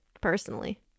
personally